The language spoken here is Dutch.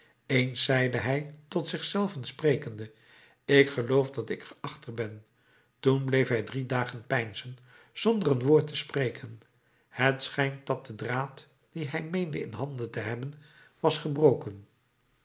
eens zeide hij tot zich zelven sprekende ik geloof dat ik er achter ben toen bleef hij drie dagen peinzen zonder een woord te spreken het schijnt dat de draad dien hij meende in handen te hebben was gebroken